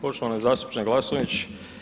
Poštovani zastupniče Glasnović.